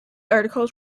articles